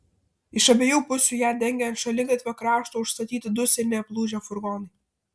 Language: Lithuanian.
iš abiejų pusių ją dengė ant šaligatvio krašto užstatyti du seni aplūžę furgonai